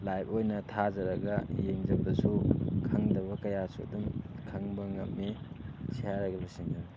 ꯂꯥꯏꯕ ꯑꯣꯏꯅ ꯊꯥꯖꯔꯒ ꯌꯦꯡꯖꯕꯗꯁꯨ ꯈꯪꯗꯕ ꯀꯌꯥꯁꯨ ꯑꯗꯨꯝ ꯈꯪꯕ ꯉꯝꯃꯤ ꯁꯤ ꯍꯥꯏꯔꯒ ꯂꯣꯏꯁꯤꯟꯖꯔꯒꯦ